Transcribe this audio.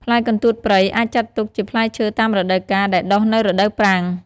ផ្លែកន្ទួតព្រៃអាចចាត់ទុកជាផ្លែឈើតាមរដូវកាលដែលដុះនៅរដូវប្រាំង។